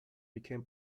became